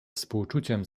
współczuciem